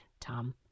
Tom